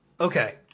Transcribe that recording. Okay